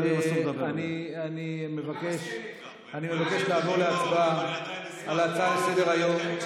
אני מבטיח לך שבמשך הזמן הזה התקבלו לעבודה עוד כמה עולים חדשים,